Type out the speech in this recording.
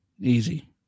Easy